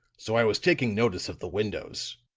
so i was taking notice of the windows.